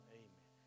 amen